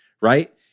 right